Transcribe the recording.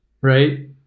Right